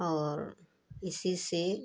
और इसी से